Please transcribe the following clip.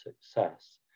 success